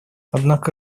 однако